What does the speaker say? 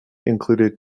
included